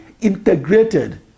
integrated